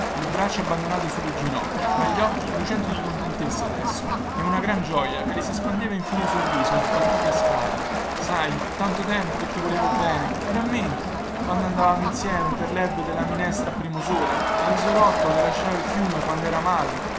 le braccia abbandonate sulle ginocchia ma gli occhi lucenti di contentezza adesso e una gran gioia che le si spandeva infine sul viso sbattuto e scarno sai tanto tempo che ti volevo bene ti rammenti quando andavamo insieme per lerbe della minestra a primosole e lisolotto che lasciava il fiume quando era magro